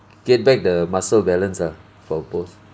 get back the muscle balance ah for both